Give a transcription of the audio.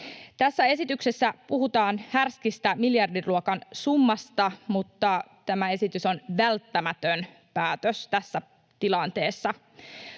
Tässä esityksessä puhutaan härskistä miljardiluokan summasta, mutta tämä esitys on välttämätön päätös tässä tilanteessa.